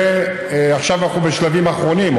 עכשיו אנחנו בשלבים אחרונים,